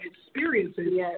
experiences